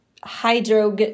hydro